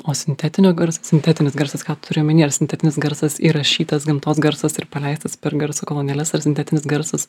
o sintetinio garso sintetinis garsas ką turiu omenyje ar sintetinis garsas įrašytas gamtos garsas ir paleistas per garso kolonėles ar sintetinis garsas